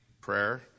prayer